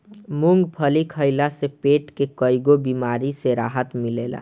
मूंगफली खइला से पेट के कईगो बेमारी से राहत मिलेला